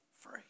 free